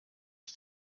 ich